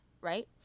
right